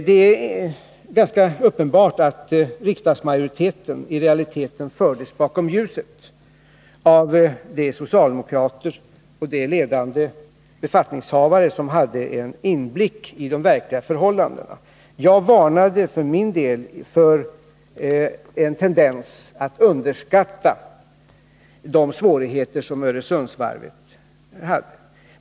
Det är ganska uppenbart att riksdagsmajoriteten i realiteten fördes bakom ljuset av de socialdemokrater och de ledande befattningshavare som hade en inblick i de verkliga förhållandena. Jag för min del varnade för en tendens att underskatta de svårigheter som Öresundsvarvet hade.